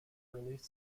release